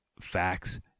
facts